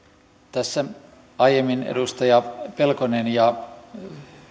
tässä aiemmin edustaja pelkonen ja